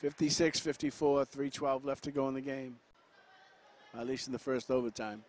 fifty six fifty four three twelve left to go in the game at least in the first overtime